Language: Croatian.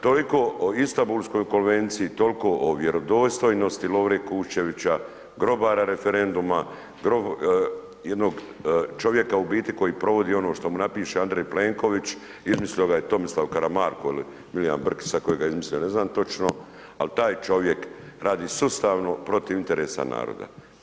Toliko o Istambulskoj konvenciji, toliko o vjerodostojnosti Lovre Kuščevića, grobara referenduma, jednog čovjeka, u biti koji provodi ono što mu napiše Andrej Plenković, izmislio ga je Tomislav Karamarko ili Milijan Brkić, sad tko ga je izmislio ne znam točno, ali taj čovjek radi sustavno protiv interesa naroda.